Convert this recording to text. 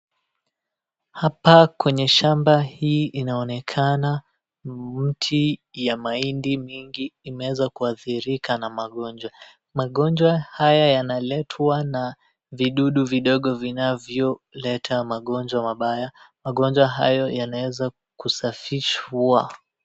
Hapa kwenye shamba hii inaonekana mti ya mahindi mingi imeweza kuadhiirika na magonjwa, magonjwa haya yanaletwa na vidudu vidogo vinavyoleta magonjwa mabaya. Magonjwa hayo yanaeza kusafishwa.